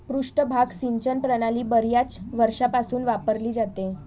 पृष्ठभाग सिंचन प्रणाली बर्याच वर्षांपासून वापरली जाते